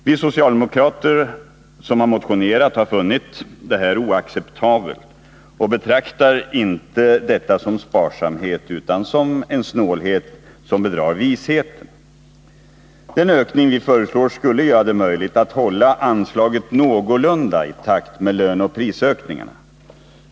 Vi socialdemokrater, som har motionerat, har funnit detta oacceptabelt och betraktar det inte som sparsamhet utan som en snålhet som bedrar visheten. Den ökning vi föreslår skulle göra det m ligt att hålla anslagen någorlunda i takt med löneoch prisökningarna.